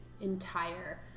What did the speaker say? entire